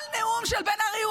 כל נאום של בן ארי,